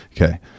Okay